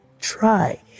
try